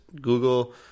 Google